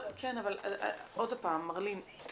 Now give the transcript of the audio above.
עוד הפעם מר לין,